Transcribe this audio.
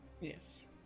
Yes